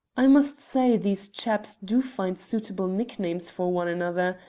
i must say these chaps do find suitable nicknames for one another.